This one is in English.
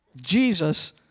Jesus